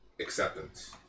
acceptance